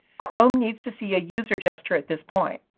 chrome needs to see a user gesture at this point.